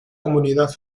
comunidad